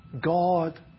God